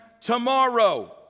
tomorrow